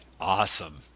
awesome